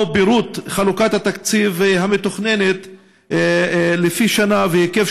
2. מהו פירוט חלוקת התקציב המתוכננת לפי שנה והיקף